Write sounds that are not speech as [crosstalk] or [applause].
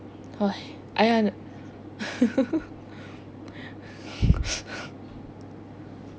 [noise] I under~ [breath] [laughs]